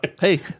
Hey